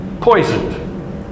poisoned